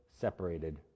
separated